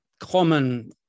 Common